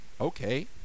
okay